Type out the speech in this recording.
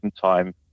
time